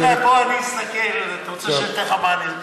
ואללה, פה אני אסתכל, אתה רוצה שאני אתן לך מענה?